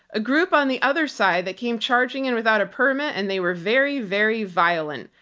a group on the other side that came charging in without a permit and they were very, very violent,